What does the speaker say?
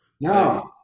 No